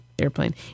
airplane